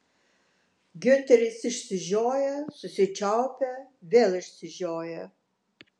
giunteris išsižioja susičiaupia vėl išsižioja